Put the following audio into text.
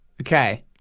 Okay